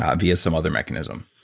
um via some other mechanism?